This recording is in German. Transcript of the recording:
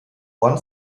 juan